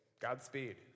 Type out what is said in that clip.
Godspeed